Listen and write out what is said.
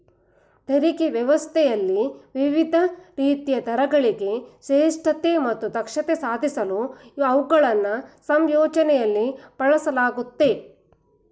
ತೆರಿಗೆ ವ್ಯವಸ್ಥೆಯಲ್ಲಿ ವಿವಿಧ ರೀತಿಯ ದರಗಳಿವೆ ಶ್ರೇಷ್ಠ ಮತ್ತು ದಕ್ಷತೆ ಸಾಧಿಸಲು ಅವುಗಳನ್ನ ಸಂಯೋಜನೆಯಲ್ಲಿ ಬಳಸಲಾಗುತ್ತೆ